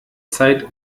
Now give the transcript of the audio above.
zeit